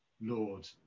lord